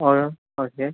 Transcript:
അ okay